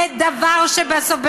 זה דבר ממש לא, ממש לא.